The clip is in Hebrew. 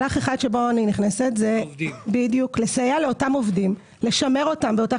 מהלך אחד שבו אני נכנסת הוא לסייע לאותם עובדים לשמר אותם באותו